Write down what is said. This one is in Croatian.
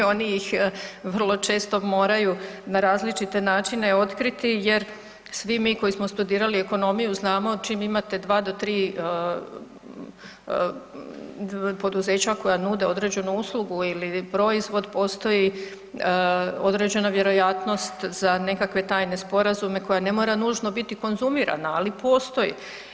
I oni ih vrlo često moraju na različite načine otkriti jer svi mi koji smo studirali ekonomiju znamo čim imate 2 do 3 poduzeća koja nude određenu uslugu ili proizvod postoji određena vjerojatnost za nekakve tajne sporazume koja ne mora nužno biti konzumirana, ali postoji.